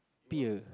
beer